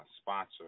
sponsor